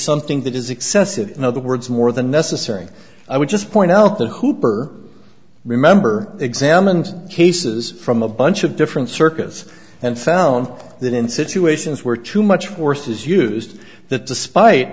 something that is excessive in other words more than necessary i would just point out the cooper remember examined cases from a bunch of different circuits and found that in situations where too much force is used that despite